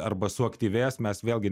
arba suaktyvės mes vėlgi